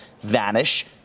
vanish